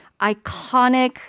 iconic